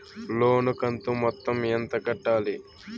లోను కంతు మొత్తం ఎంత కట్టాలి?